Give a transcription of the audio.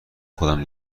خودم